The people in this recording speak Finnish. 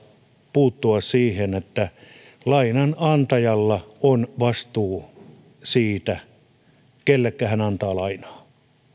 puuttua siihen että lainanantajalla on vastuu siitä kenelle hän antaa lainaa